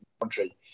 country